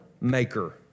Maker